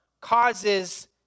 causes